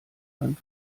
einem